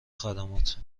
خدمات